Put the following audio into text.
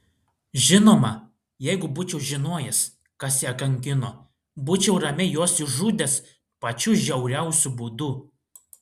žinoma jeigu būčiau žinojęs kas ją kankino būčiau ramiai juos išžudęs pačiu žiauriausiu būdu